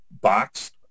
boxed